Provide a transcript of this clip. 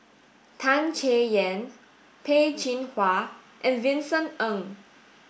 Tan Chay Yan Peh Chin Hua and Vincent Ng